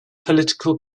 political